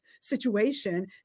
situation